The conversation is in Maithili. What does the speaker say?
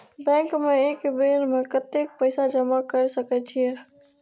बैंक में एक बेर में कतेक पैसा जमा कर सके छीये?